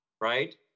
right